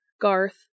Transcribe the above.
Garth